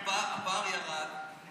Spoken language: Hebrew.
ההסתייגות לחלופין (לט) של קבוצת סיעת ש"ס,